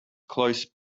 close